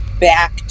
back